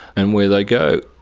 and where they go.